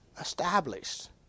established